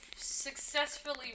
Successfully